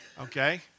okay